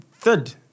third